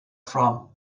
from